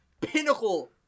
Pinnacle